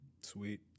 Sweet